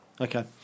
Okay